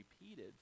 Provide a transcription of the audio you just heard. repeated